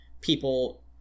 people